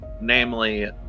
namely